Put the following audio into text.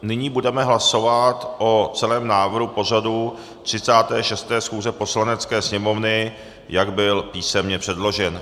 Nyní budeme hlasovat o celém návrhu pořadu 36. schůze Poslanecké sněmovny, jak byl písemně předložen.